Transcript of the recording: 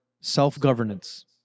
self-governance